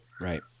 Right